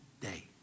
day